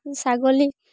ছাগলী